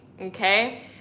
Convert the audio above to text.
okay